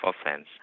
offense